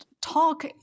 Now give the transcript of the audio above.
talk